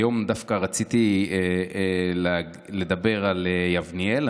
היום דווקא רציתי לדבר על יבנאל.